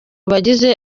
bagize